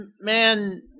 man